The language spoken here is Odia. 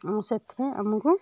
ସେଥିପାଇଁ ଆମୁକୁ